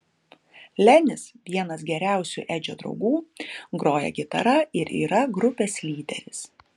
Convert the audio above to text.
lenis vienas geriausių edžio draugų groja gitara ir yra grupės lyderis